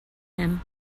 him